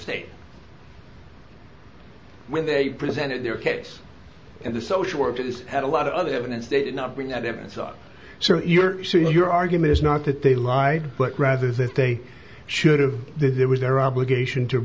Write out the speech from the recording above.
state when they presented their case and the social worker this had a lot of other evidence they did not bring that evidence up so your so your argument is not that they lied but rather that they should have that there was their obligation to